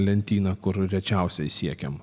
lentyną kur rečiausiai siekiam